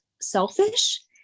selfish